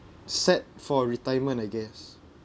set for retirement I guess